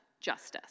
justice